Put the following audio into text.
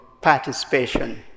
participation